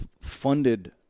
funded